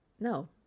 No